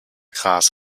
gras